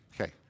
Okay